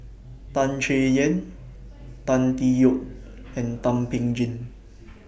Tan Chay Yan Tan Tee Yoke and Thum Ping Tjin